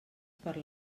per